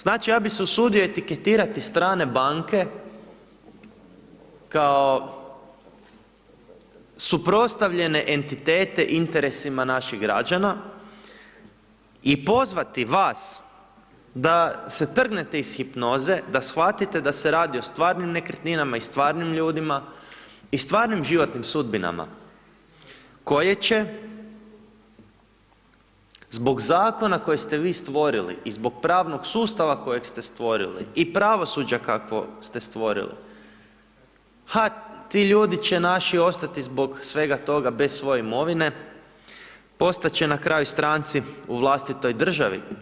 Znači, ja bi se usudio etiketirati strane banke kao suprotstavljene entitete interesima naših građana i pozvati vas da se trgnete iz hipnoze da shvatite da se radi o stvarnim nekretninama i stvarnim ljudima i stvarnim životnim sudbinama koje će zbog Zakona kojeg ste vi stvorili i zbog pravnog sustava kojeg ste stvorili i pravosuđa kakvo ste stvorili, ha, ti ljudi će naši ostati zbog svega toga bez svoje imovine, postat će na kraju stranci u vlastitoj državi.